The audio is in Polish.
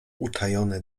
utajone